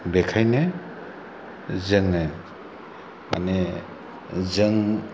बेखायनो जोङो माने जों